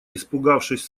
испугавшись